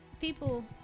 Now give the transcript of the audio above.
people